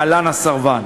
להלן: הסרבן.